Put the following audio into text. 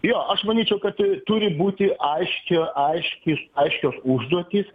jo aš manyčiau kad e turi būti aiški aiškis aiškios užduotys